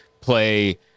play